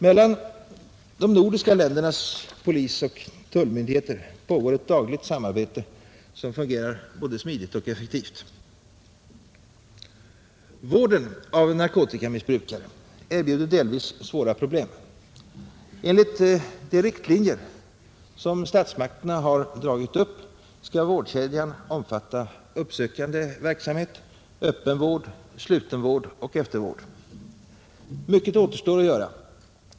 Mellan de nordiska ländernas polisoch tullmyndigheter pågår ett dagligt samarbete som fungerar både smidigt och effektivt. Vården av narkotikamissbrukare erbjuder delvis svåra problem. Enligt de riktlinjer som statsmakterna har dragit upp skall vårdkedjan omfatta uppsökande verksamhet, öppen vård, sluten vård och eftervård. Mycket återstår att göra.